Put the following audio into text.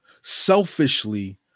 selfishly